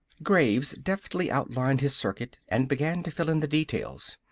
graves deftly outlined his circuit and began to fill in the details.